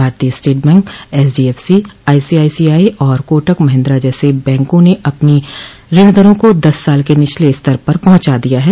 भारतीय state bank HDFC I C I C I और कोटक महेन्द्रा जैसे बैंकों ने अपनी ऋण दरों को दस साल के निचले स्तर पर पहुंचा दिया है